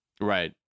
right